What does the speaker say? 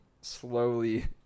slowly